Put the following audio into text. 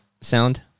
sound